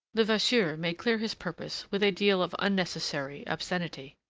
levasseur made clear his purpose with a deal of unnecessary obscenity.